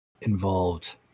involved